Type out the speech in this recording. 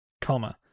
comma